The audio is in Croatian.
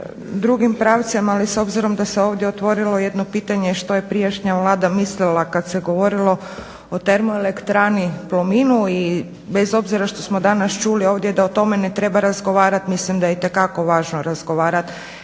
drugim pravcem, ali s obzirom da se ovdje otvorilo jedno pitanje što je prijašnja Vlada mislila kad se govorilo o TE Plominu i bez obzira što smo danas čuli ovdje da o tome ne treba razgovarat, mislim da je itekako važno razgovarat